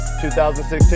2016